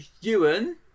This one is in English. Ewan